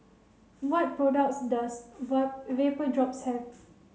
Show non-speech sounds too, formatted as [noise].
what products does [unintelligible] Vapodrops have